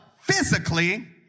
physically